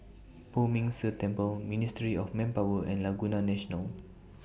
Poh Ming Tse Temple Ministry of Manpower and Laguna National